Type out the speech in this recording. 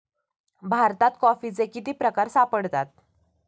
भारतात कॉफीचे किती प्रकार सापडतात?